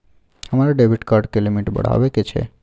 हमरा debit card के limit बढावा के छै